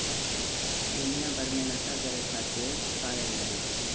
दुनिया भर मे नसा करे खातिर खायल जाला